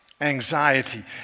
anxiety